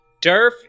Derf